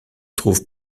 trouve